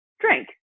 Drink